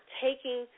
taking